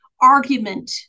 argument